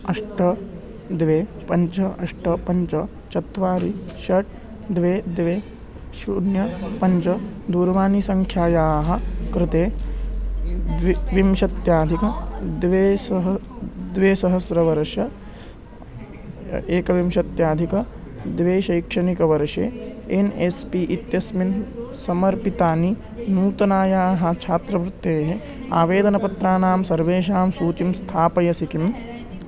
अष्ट द्वे पञ्च अष्ट पञ्च चत्वारि षट् द्वे द्वे शून्यं पञ्च दूरवाणीसङ्ख्यायाः कृते वि विंशत्यधिक द्वि सह द्विसहस्रवर्ष एकविंशत्यधिक द्वि शैक्षणिकवर्षे एन् एस् पी इत्यस्मिन् समर्पितानि नूतनायाः छात्रवृत्तेः आवेदनपत्राणां सर्वेषां सूचिं स्थापयसि किम्